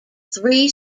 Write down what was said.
three